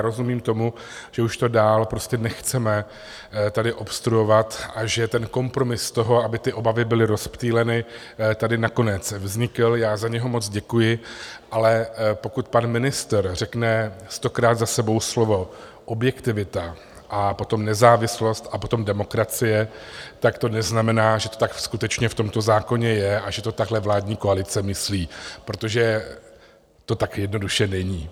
Rozumím tomu, že už to dál nechceme tady obstruovat a že kompromis toho, aby ty obavy byly rozptýleny, tady nakonec vznikl, já za něj moc děkuji, ale pokud pan ministr řekne stokrát za sebou slovo objektivita a potom nezávislost a potom demokracie, tak to neznamená, že to tak skutečně v tomto zákoně je a že to takhle vládní koalice myslí, protože to tak jednoduše není.